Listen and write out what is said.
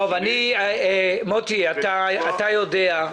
מוטי יוגב, אתה יודע,